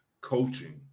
coaching